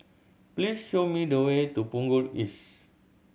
please show me the way to Punggol East